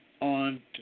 on